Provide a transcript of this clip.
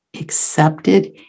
accepted